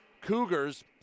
Cougars